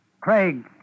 Craig